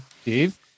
Steve